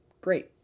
Great